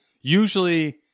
usually